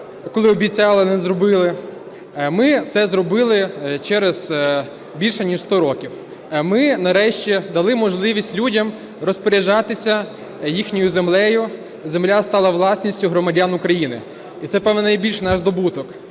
коли обіцяли – не зробили. Ми це зробили через більше ніж 100 років. Ми нарешті дали можливість людям розпоряджатися їхньою землею, земля стала власністю громадян України. І це, певно, найбільший наш здобуток.